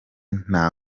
nta